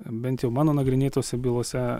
bent jau mano nagrinėtose bylose